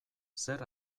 zer